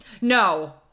No